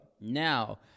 now